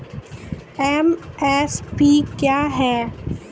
MSP क्या है?